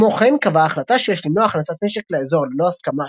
כמו כן קבעה ההחלטה שיש למנוע הכנסת נשק לאזור ללא הסכמה